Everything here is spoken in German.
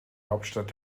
hauptstadt